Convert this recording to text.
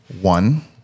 one